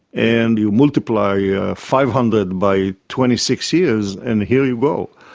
and you multiply yeah five hundred by twenty six years, and here you go.